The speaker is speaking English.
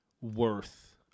worth